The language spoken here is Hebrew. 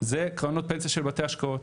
אלו קרנות פנסיה של בתי השקעות.